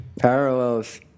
Parallels